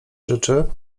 rzeczy